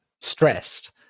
stressed